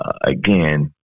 again